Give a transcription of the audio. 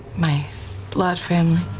my blood family?